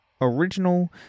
original